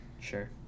sure